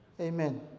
Amen